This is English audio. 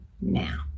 now